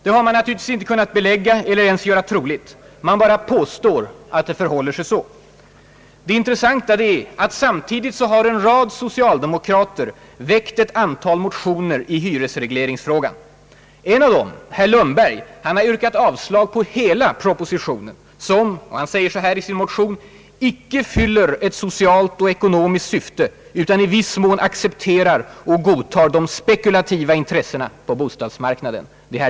Det har man naturligtvis inte kunnat belägga eller ens göra troligt, utan man bara påstår att det förhåller sig så. Det intressanta är att samtidigt har en rad socialdemokrater väckt ett antal motioner i hyresregleringsfrågan. En av motionärerna, herr Lundberg, har yrkat avslag på hela propositionen, som, säger han i motionen, »icke fyller ett socialt och ekonomiskt syfte utan i viss mån accepterar och godtar de spekulativa intressena på bostadsmarknaden».